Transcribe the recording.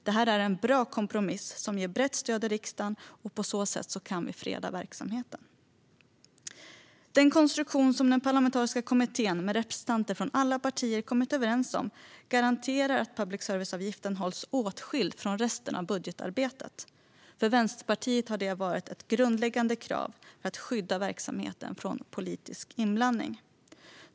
Detta är en bra kompromiss som har ett brett stöd i riksdagen. På så sätt kan vi freda verksamheten. Den konstruktion som den parlamentariska kommittén med representanter från alla partier kommit överens om garanterar att public service-avgiften hålls åtskild från resten av budgetarbetet. För Vänsterpartiet har det varit ett grundläggande krav för att skydda verksamheten från politisk inblandning.